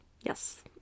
Yes